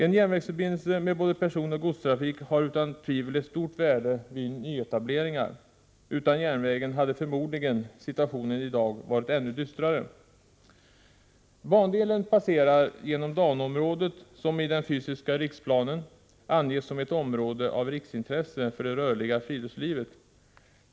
En järnvägsförbindelse med både personoch godstrafik har utan tvivel ett stort värde vid nyetableringar. Utan järnvägen hade förmodligen situationen i dag varit ännu dystrare. Bandelen passerar genom DANO-området, som i den fysiska riksplanen anges som ett område av riksintresse för det rörliga friluftslivet.